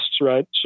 right